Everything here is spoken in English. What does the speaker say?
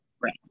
Right